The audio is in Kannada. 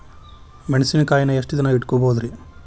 ಮೆಣಸಿನಕಾಯಿನಾ ಎಷ್ಟ ದಿನ ಇಟ್ಕೋಬೊದ್ರೇ?